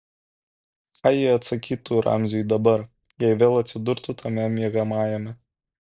ką ji atsakytų ramziui dabar jei vėl atsidurtų tame miegamajame